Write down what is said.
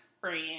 friend